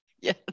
Yes